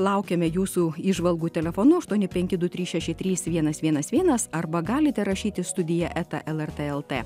laukiame jūsų įžvalgų telefonu aštuoni penki du trys šeši trys vienas vienas vienas arba galite rašyti studija eta lrt lt